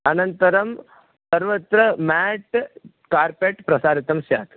अनन्तरं सर्वत्र mat carpet प्रसारितं स्यात्